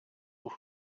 vous